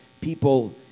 people